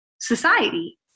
society